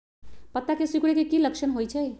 पत्ता के सिकुड़े के की लक्षण होइ छइ?